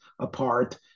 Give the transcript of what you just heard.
apart